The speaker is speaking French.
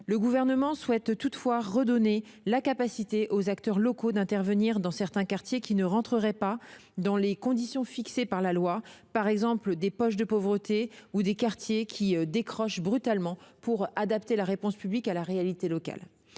Le Gouvernement souhaite toutefois redonner la capacité aux acteurs locaux d'intervenir dans certains quartiers qui ne répondraient pas aux conditions fixées par la loi, par exemple des poches de pauvreté ou des quartiers qui décrochent brutalement, pour adapter la réponse publique à la réalité locale.